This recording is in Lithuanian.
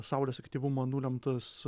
saulės aktyvumo nulemtus